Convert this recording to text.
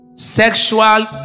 Sexual